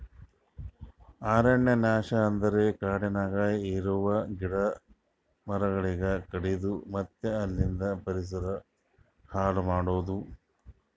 ಅರಣ್ಯ ನಾಶ ಅಂದುರ್ ಕಾಡನ್ಯಾಗ ಇರವು ಗಿಡ ಮರಗೊಳಿಗ್ ಕಡಿದು ಮತ್ತ ಅಲಿಂದ್ ಪರಿಸರ ಹಾಳ್ ಮಾಡದು